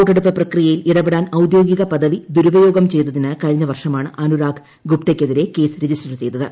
വോട്ടെടുപ്പ് പ്രക്രിയയിൽ ഇടപെടാൻ ഔദ്യോഗിക പദവി ദുരുപയോഗം ചെയ്തതിന് കഴിഞ്ഞ വർഷമാണ് അനുരാഗ് ഗുപ്തയ്ക്കെതിരെ കേസ് രജിസ്റ്റർ ചെയ്തത്